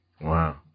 Wow